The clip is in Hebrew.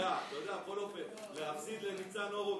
אתה יודע, הכול עובר, להפסיד לניצן הורוביץ.